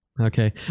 Okay